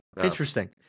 Interesting